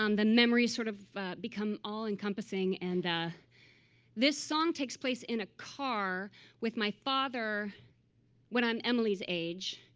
um the memories sort of become all-encompassing. and this song takes place in a car with my father when i'm emily's age.